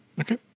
Okay